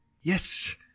Yes